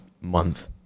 month